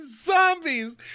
zombies